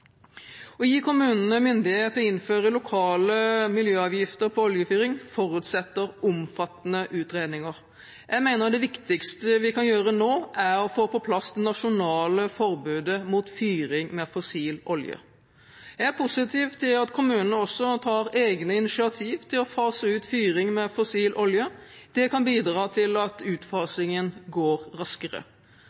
Å gi kommunene myndighet til å innføre lokale miljøavgifter på oljefyring forutsetter omfattende utredninger. Jeg mener det viktigste vi kan gjøre nå, er å få på plass det nasjonale forbudet mot fyring med fossil olje. Jeg er positiv til at kommunene også tar egne initiativ til å fase ut fyring med fossil olje. Det kan bidra til at utfasingen går raskere.